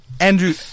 Andrew